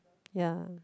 ya